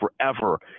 forever